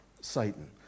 Satan